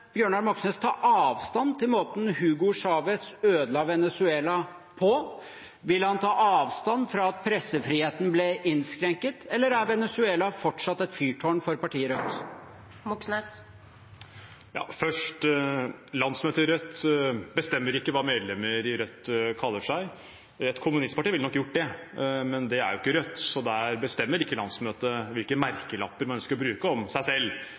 Bjørnar Moxnes ta avstand fra måten Hugo Chavez ødela Venezuela på? Vil han ta avstand fra at pressefriheten ble innskrenket? Eller er Venezuela fortsatt et fyrtårn for partiet Rødt? Først: Landsmøtet i Rødt bestemmer ikke hva medlemmer i Rødt kaller seg. Et kommunistparti ville nok ha gjort det, men det er ikke Rødt. Der bestemmer ikke landsmøtet hvilke merkelapper man ønsker å bruke om seg selv.